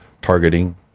targeting